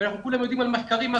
ואנחנו כולנו יודעים על מחקרים ומה